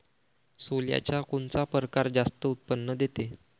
सोल्याचा कोनता परकार जास्त उत्पन्न देते?